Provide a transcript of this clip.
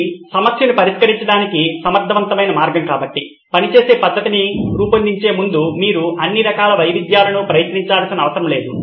ఇది సమస్యను పరిష్కరించడానికి సమర్థవంతమైన మార్గం కాబట్టి పని చేసే పద్ధతిని రూపొందించే ముందు మీరు అన్ని రకాల వైవిధ్యాలను ప్రయత్నించాల్సిన అవసరం లేదు